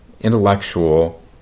intellectual